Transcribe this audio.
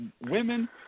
women